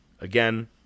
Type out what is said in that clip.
Again